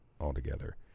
altogether